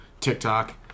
TikTok